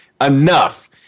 enough